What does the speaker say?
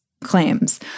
claims